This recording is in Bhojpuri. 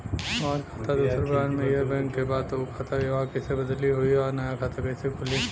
हमार खाता दोसर ब्रांच में इहे बैंक के बा त उ खाता इहवा कइसे बदली होई आ नया खाता कइसे खुली?